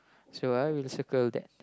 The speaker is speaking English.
so I will circle that